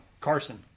Carson